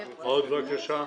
כן, בבקשה.